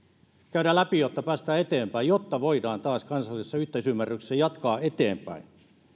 käydään läpi jotta päästään eteenpäin jotta voidaan taas kansallisessa yhteisymmärryksessä jatkaa eteenpäin